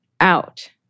out